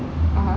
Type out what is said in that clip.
(uh huh)